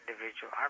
individual